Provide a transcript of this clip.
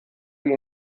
wie